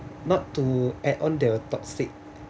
not to add on they were toxic